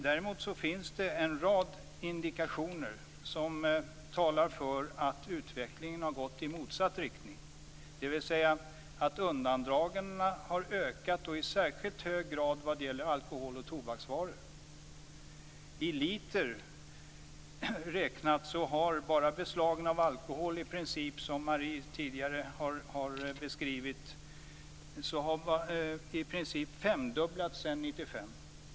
Däremot finns det en rad indikationer som talar för att utvecklingen har gått i motsatt riktning, dvs. att undandragandena har ökat i särskilt hög grad vad gäller alkohol och tobaksvaror. I liter räknat har beslagen av alkohol - som Marie Engström tidigare har beskrivit - femdubblats sedan 1995.